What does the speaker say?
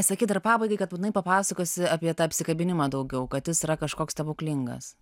sakei dar pabaigai kad būtinai papasakosi apie tą apsikabinimą daugiau kad jis yra kažkoks stebuklingas